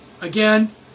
Again